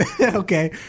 Okay